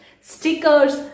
stickers